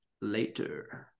later